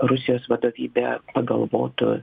rusijos vadovybė pagalvotų